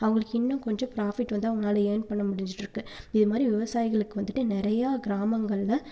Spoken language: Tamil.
அவங்களுக்கு இன்னும் கொஞ்சம் பிராஃபிட் வந்து அவங்களால் இயர்ன் பண்ண முடிஞ்சிட்டு இருக்குது இதுமாதிரி விவசாயிகளுக்கு வந்துட்டு நிறைய கிராமங்கள்ல